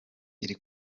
iri